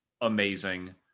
amazing